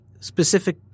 specific –